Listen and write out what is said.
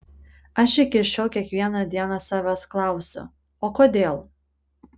aš iki šiol kiekvieną dieną savęs klausiu o kodėl